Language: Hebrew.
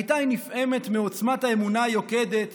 היא הייתה נפעמת מעוצמת האמונה היוקדת